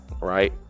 right